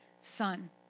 Son